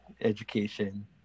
education